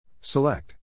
Select